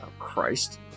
Christ